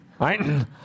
right